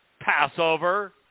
Passover